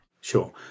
sure